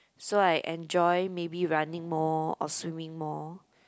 so I enjoy maybe running more or swimming more